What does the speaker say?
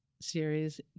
series